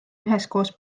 üheskoos